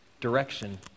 direction